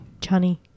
Johnny